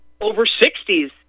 over-60s